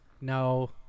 No